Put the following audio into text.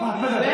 שרים קודמים,